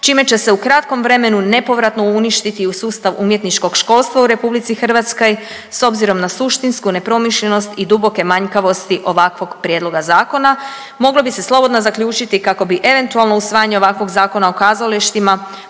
čime će se u kratkom vremenu nepovratno uništiti u sustav umjetničkog školstva u RH s obzirom na suštinsku nepromišljenost i duboke manjkavosti ovakvog prijedloga zakona. Moglo bi se slobodno zaključiti kako bi eventualno usvajanje ovakvog Zakona o kazalištima